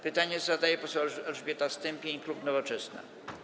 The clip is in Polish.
Pytanie zadaje poseł Elżbieta Stępień, klub Nowoczesna.